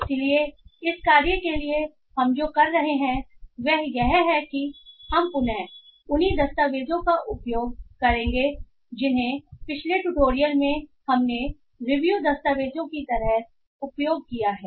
इसलिए इस कार्य के लिए हम जो कर रहे हैं वह यह है कि हम पुन उन्हीं दस्तावेज़ों का उपयोग करेंगे जिन्हें पिछले ट्यूटोरियल में हमने रिव्यू दस्तावेज़ों की तरह उपयोग किया है